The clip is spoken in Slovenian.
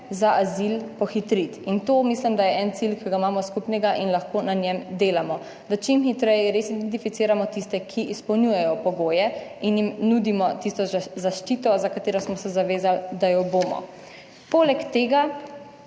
za azil pohitriti, in to mislim, da je en cilj, ki ga imamo skupnega in lahko na njem delamo, da čim hitreje res identificiramo tiste, ki izpolnjujejo pogoje in jim nudimo tisto zaščito za katero smo se zavezali, da jo bomo. Poleg tega